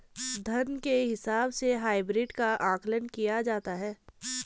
धन के हिसाब से हाइब्रिड का आकलन किया जाता है